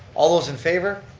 all those in favor,